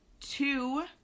two